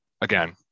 again